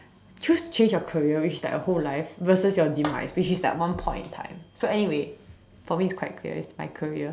choose change of career which like a whole life versus your demise which is like one point in time so anyway for me it's quite clear it's my career